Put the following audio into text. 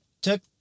took